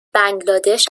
بنگلادش